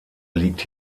liegt